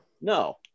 No